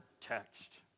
text